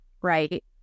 Right